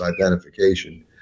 identification